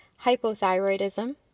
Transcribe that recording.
hypothyroidism